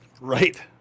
Right